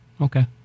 Okay